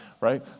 right